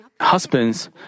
husbands